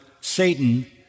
Satan